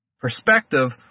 perspective